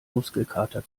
muskelkater